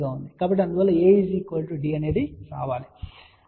కాబట్టి అందువల్ల A D అవుతుంది